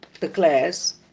declares